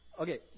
Okay